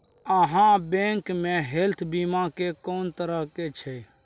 आहाँ बैंक मे हेल्थ बीमा के कोन तरह के छै?